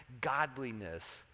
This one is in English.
godliness